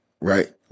right